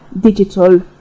digital